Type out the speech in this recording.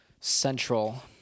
Central